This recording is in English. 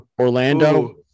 Orlando